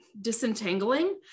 disentangling